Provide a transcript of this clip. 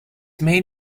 main